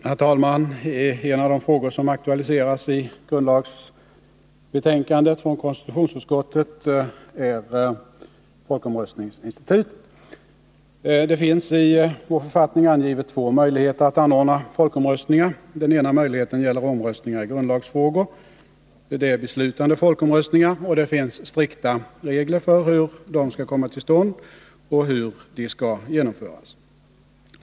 Herr talman! En av de frågor som aktualiseras i grundlagsbetänkandet från konstitutionsutskottet är folkomröstningsinstitutet. Det finns i vår författning två möjligheter att anordna folkomröstningar. Den ena möjligheten gäller omröstningar i grundlagsfrågor. Det är beslutande folkomröstningar, och det finns strikta regler för hur de skall komma till stånd och hur de skall genomföras.